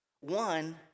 one